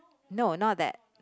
no not that